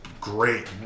great